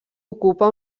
ocupa